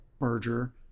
merger